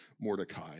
Mordecai